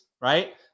right